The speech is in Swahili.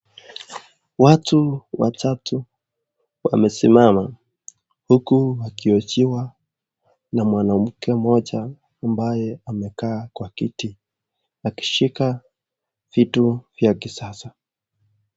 Watu watatu wamesimama huku akihojiwa na mwanamke moja ambaye amekaa kwa kiti akishika vitu vya kisasa.